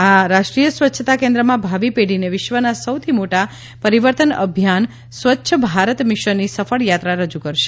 આ રાષ્ટ્રીય સ્વચ્છતા કેન્દ્રમાં ભાવિ પે ઢીને વિશ્વના સૌથી મોટા પરિવર્તન અભિયાન સ્વચ્છ ભારત મિશનની સફળ યાત્રા રજૂ કરશે